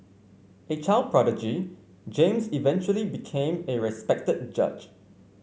a child prodigy James eventually became a respected judge